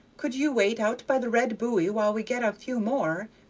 could you wait out by the red buoy while we get a few more,